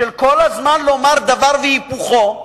של כל הזמן לומר דבר והיפוכו,